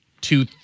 two